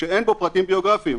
שאין בו פרטים ביוגרפיים.